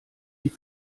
die